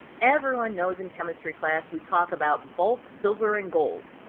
everyone knows in chemistry class we talk about bulk silver and gold.